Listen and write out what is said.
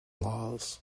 laws